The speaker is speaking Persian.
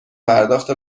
پرداخت